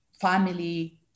family